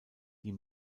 die